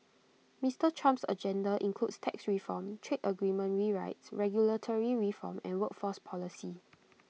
Mister Trump's agenda includes tax reform trade agreement rewrites regulatory reform and workforce policy